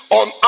on